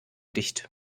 dicht